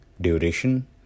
duration